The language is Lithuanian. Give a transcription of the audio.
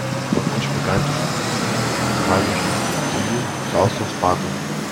paruošk pikantiškų užkandžių pavyzdžiui tortiljų su salsos padažu